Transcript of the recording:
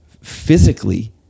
physically